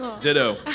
Ditto